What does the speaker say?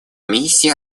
миссии